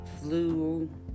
flu